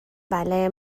بله